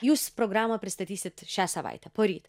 jūs programą pristatysit šią savaitę poryt